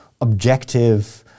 objective